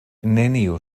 neniu